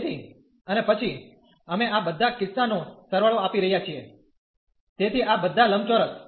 તેથી અને પછી અમે આ બધા કિસ્સાનો સરવાળો આપી રહ્યા છીએ તેથી આ બધા લંબચોરસ